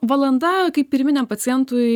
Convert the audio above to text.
valanda kaip pirminiam pacientui